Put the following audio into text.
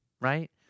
Right